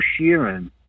Sheeran